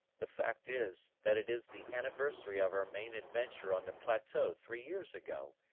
the fact is, that it is the anniversary of our main adventure on the plateau three years ago,